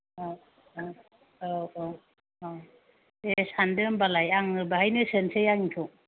अ अ औ औ अ दे सानदो होमब्लालाय आङो बेहाय सोनोसै आंनिखौ